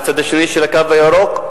מהצד השני של "הקו הירוק"?